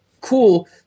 cool